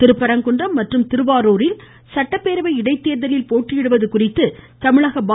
திருப்பரங்குன்றம் மற்றும் திருவாரூரில் இடைத்தேர்தலில் போட்டியிடுவது குறித்து தமிழக பா